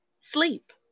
Sleep